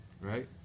Right